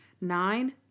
Nine